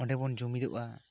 ᱚᱸᱰᱮᱵᱚᱱ ᱡᱩᱢᱤᱫᱚᱜᱼᱟ